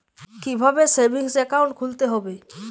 কীভাবে savings account খুলতে হবে?